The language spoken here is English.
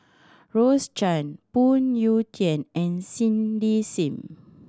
Rose Chan Phoon Yew Tien and Cindy Sim